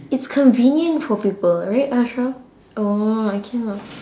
it's convenient for people right ashra oh I cannot